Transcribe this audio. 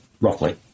roughly